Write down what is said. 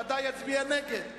בוודאי יצביע נגד.